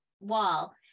wall